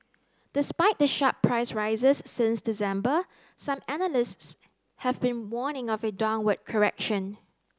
despite the sharp price rises since December some analysts have been warning of a downward correction